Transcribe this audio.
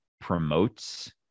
promotes